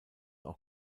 auch